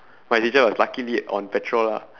my teacher was luckily on patrol lah